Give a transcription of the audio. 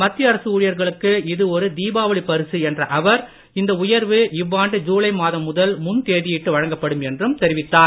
மத்திய அரசு ஊழியர்களுக்கு இது ஒரு தீபாவளி பரிசு என்ற அவர் இந்த உயர்வு இவ்வாண்டு ஜீலை மாதம் முதல் முன் தேதியிட்டு வழங்கப்படும் என்றும் தெரிவித்தார்